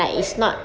correct correct